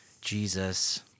Jesus